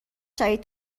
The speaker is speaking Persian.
شوید